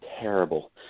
terrible